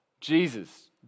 Jesus